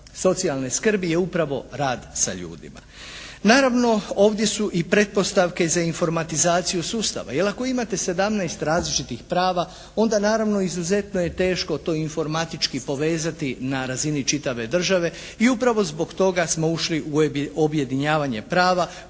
socijalne skrbi je upravo rad sa ljudima. Naravno ovdje su i pretpostavke za informatizaciju sustava jer ako imate 17 različitih prava onda naravno izuzetno je teško to informatički povezati na razini čitave države i upravo zbog toga smo ušli u objedinjavanje prava